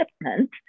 equipment